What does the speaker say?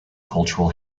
cultural